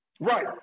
Right